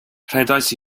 rhedais